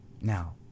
Now